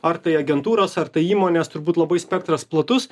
ar tai agentūros ar tai įmonės turbūt labai spektras platus